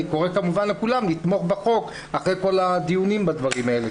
אני קורא כמובן לכולם לתמוך בחוק אחרי כל הדיונים בדברים האלה.